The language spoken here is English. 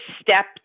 step